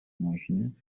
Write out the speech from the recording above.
ماشینم